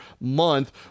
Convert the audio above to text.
month